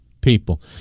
People